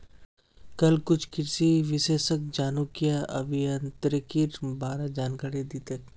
कल कुछ कृषि विशेषज्ञ जनुकीय अभियांत्रिकीर बा र जानकारी दी तेक